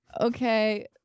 okay